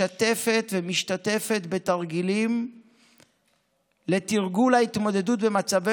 משתפת ומשתתפת בתרגילים לתרגול ההתמודדות במצבי